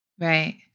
Right